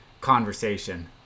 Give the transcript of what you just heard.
conversation